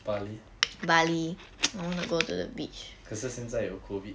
bali 可是现在有 COVID